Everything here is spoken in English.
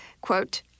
quote